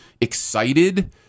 excited